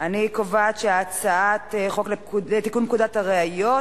אני קובעת שהצעת חוק לתיקון פקודת הראיות